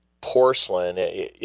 porcelain